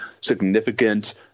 significant